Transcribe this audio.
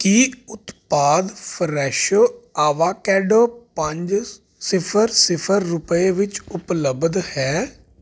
ਕੀ ਉਤਪਾਦ Fresho avocado ਪੰਜ ਸਿਫਰ ਸਿਫਰ ਰੁਪਏ ਵਿੱਚ ਉਪਲੱਬਧ ਹੈ